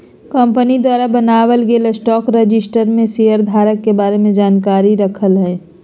company द्वारा बनाल गेल स्टॉक रजिस्टर में शेयर धारक के बारे में जानकारी रखय हइ